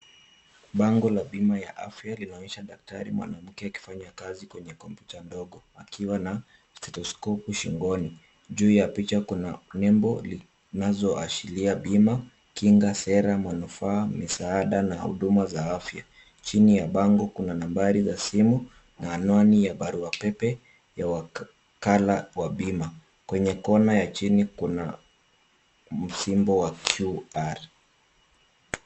Bango la bima ya afya linaonyesha daktari mwanamke akifanya kazi kwenye kompyuta ndogo akiwa na stethoskopu kwa shingoni. Juu ya picha kuna nembo zinazoashiria bima, kinga, sera, manufaa, misaada na huduma za afya. Chini ya bango kuna nambari za simu na anwani ya barua pepe wa wakala wa bima. Kwenye kona ya chini kuna musimbo wa QR